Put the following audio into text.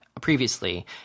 previously